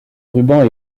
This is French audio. ruban